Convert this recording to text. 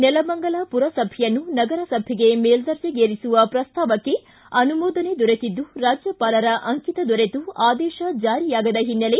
ನೆಲಮಂಗಲ ಪುರಸಭೆಯನ್ನು ನಗರಸಭೆಗೆ ಮೇಲ್ದರ್ಜೆಗೇರಿಸುವ ಪ್ರಸ್ತಾವಕ್ಷೆ ಅನುಮೋದನೆ ದೊರೆತಿದ್ದು ರಾಜ್ಯಪಾಲರ ಅಂಕಿತ ದೊರೆತು ಆದೇಶ ಚಾರಿಯಾಗದ ಹಿನ್ನೆಲೆ